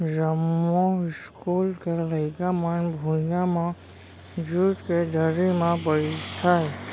जमो इस्कूल के लइका मन भुइयां म जूट के दरी म बइठय